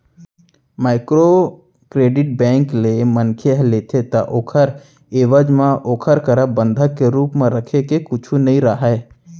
micro credit bank ले मनखे ह लेथे ता ओखर एवज म ओखर करा बंधक के रुप म रखे के कुछु नइ राहय